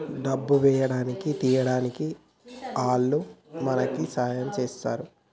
డబ్బు వేయడానికి తీయడానికి ఆల్లు మనకి సాయం చేస్తరు